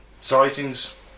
sightings